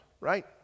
right